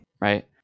right